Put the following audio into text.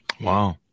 Wow